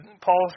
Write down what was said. Paul